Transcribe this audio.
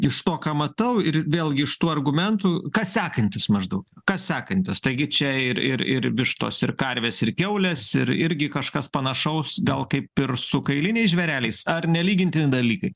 iš to ką matau ir vėlgi iš tų argumentų kas sekantis maždaug kas sekantis taigi čia ir ir ir vištos ir karvės ir kiaulės ir irgi kažkas panašaus gal kaip ir su kailiniais žvėreliais ar nelygintini dalykai